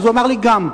אז הוא אמר לי: גם.